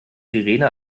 sirene